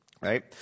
Right